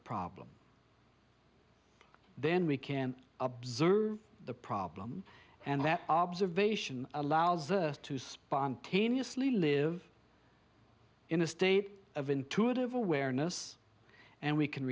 problem then we can observe the problem and that observation allows earth to spontaneously live in a state of intuitive awareness and we can